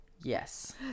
Yes